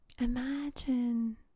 Imagine